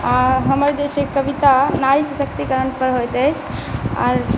आओर हमर जे छै कविता नारी सशक्तिकरणपर होइत अछि आओर